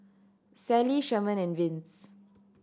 Sallie Sherman and Vince